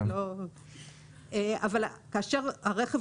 יודעים מי הנכה